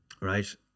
Right